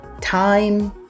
time